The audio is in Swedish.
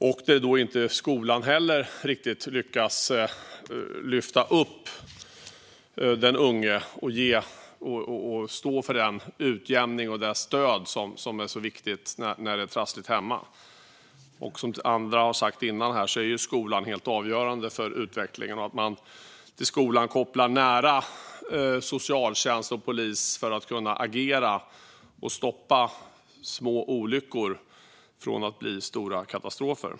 Det gäller också när inte heller skolan lyckas lyfta upp den unge och stå för den utjämning och det stöd som är så viktigt när det är trassligt hemma. Som andra har sagt här innan är skolan helt avgörande för utvecklingen. Det är viktigt att skolan kopplar nära till socialtjänst och polis för att kunna agera och stoppa små olyckor från att bli stora katastrofer.